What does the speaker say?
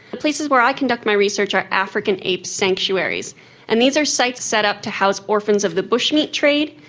places where i conduct my research are african ape sanctuaries and these are sites set up to house orphans of the bush-meat trade.